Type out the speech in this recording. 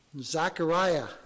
Zechariah